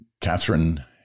Catherine